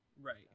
right